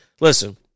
listen